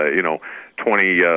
ah you know twenty yeah